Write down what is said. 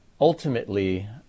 Ultimately